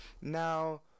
Now